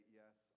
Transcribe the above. yes